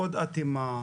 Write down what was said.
עוד אטימה.